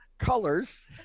Colors